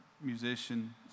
musician